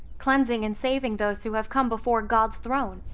cleansing and saving those who have come before god's throne,